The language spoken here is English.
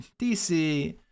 DC